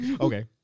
Okay